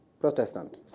Protestant